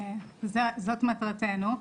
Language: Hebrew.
זאת מטרתנו.